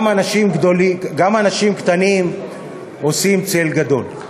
גם אנשים קטנים עושים צל גדול.